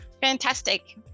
Fantastic